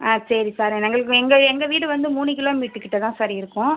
ஆ சரி சார் எங்களுக்கு எங்கள் எங்கள் வீடு வந்து மூணு கிலோமீட்டு கிட்டே தான் சார் இருக்கும்